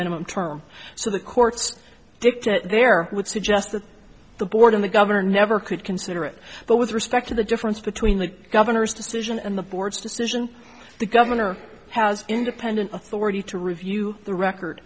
minimum term so the courts there would suggest that the board and the governor never could consider it but with respect to the difference between the governor's decision and the board's decision the governor has independent authority to review the record